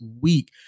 week